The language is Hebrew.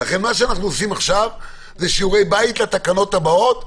לכן מה שאנחנו עושים עכשיו זה שיעורי בית לתקנות הבאות,